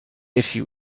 issue